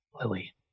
Lily